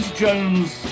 Jones